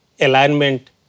alignment